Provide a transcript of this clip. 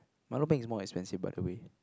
milo peng is more expensive by the way